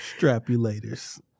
Strapulators